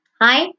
hi